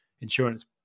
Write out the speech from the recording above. insurance